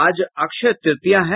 आज अक्षय तृतीया है